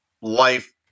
life